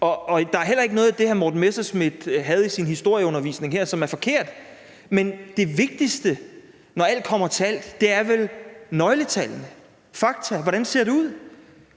og der er heller ikke noget af det, hr. Morten Messerschmidt havde i sin historieundervisning her, som er forkert. Men det vigtigste, når alt kommer til alt, er vel nøgletallene, fakta, og hvordan det ser ud,